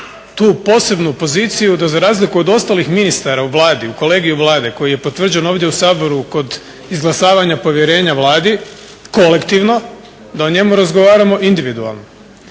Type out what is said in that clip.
tu posebnu poziciju da za razliku od ostalih ministara u Vladi kolega u Vladi koji je potvrđen ovdje u Saboru kod izglasavanja povjerenja Vladi kolektivno da o njemu razgovaramo individualno.